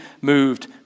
moved